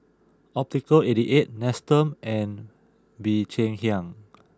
Optical eighty eight Nestum and Bee Cheng Hiang